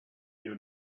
your